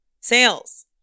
Sales